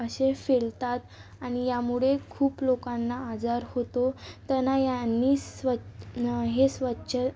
असे फैलतात आणि यामुळे खूप लोकांना आजार होतो त्यांना यांनी स्वच हे स्वच्छ